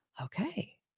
okay